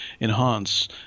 enhance